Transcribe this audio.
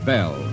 Bell